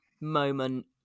moment